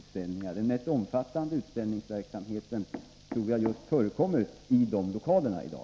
Däremot tror jag att den mest omfattande utställningsverksamheten förekommer i de lokalerna i dag.